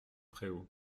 préaux